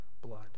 blood